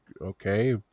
Okay